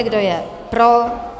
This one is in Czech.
Kdo je pro?